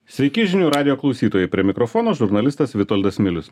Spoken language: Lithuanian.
sveiki žinių radijo klausytojai prie mikrofono žurnalistas vitoldas milius